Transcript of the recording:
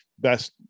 best